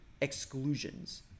Exclusions